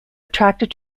attracted